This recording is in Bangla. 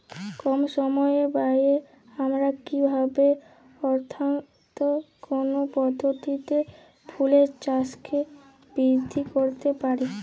কম সময় ব্যায়ে আমরা কি ভাবে অর্থাৎ কোন পদ্ধতিতে ফুলের চাষকে বৃদ্ধি করতে পারি?